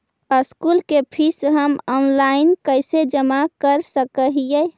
School के fees हम online कैसे जमा कर सक हिय?